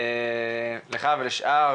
לך ולשאר